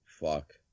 fuck